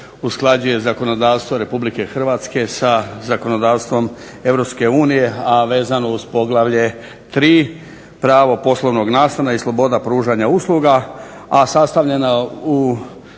usklađuje zakonodavstvo Republike Hrvatske sa zakonodavstvom Europske unije, a vezano uz poglavlje 3. pravo poslovnog nastana i sloboda pružanja usluga, a sastavljena u